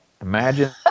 Imagine